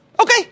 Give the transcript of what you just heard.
Okay